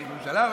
צריך ממשלה?